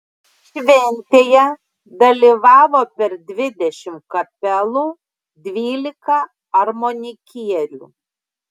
šventėje dalyvavo per dvidešimt kapelų dvylika armonikierių